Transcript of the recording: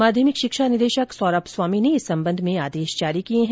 माध्यमिक शिक्षा निदेशक सौरम स्वामी ने इस संबंध में आदेश जारी किए हैं